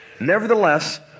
Nevertheless